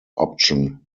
option